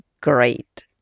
great